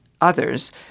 others